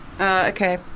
okay